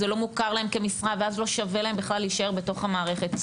זה לא מוכר להם כמשרה ואז לא שווה להם בכלל להישאר בתוך המערכת,